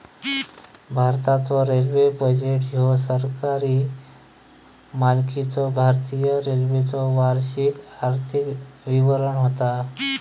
भारताचो railway budget ह्यो सरकारी मालकीच्यो भारतीय रेल्वेचो वार्षिक आर्थिक विवरण होता